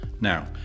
Now